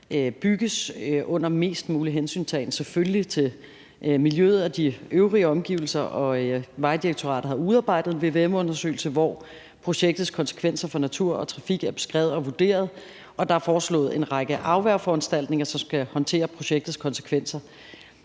bygges under mest mulig hensyntagen, selvfølgelig, til miljøet og de øvrige omgivelser. Vejdirektoratet har udarbejdet en VVM-undersøgelse, hvor projektets konsekvenser for natur og trafik er beskrevet og vurderet, og der er foreslået en række afværgeforanstaltninger, som skal håndtere projektets konsekvenser.